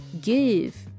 give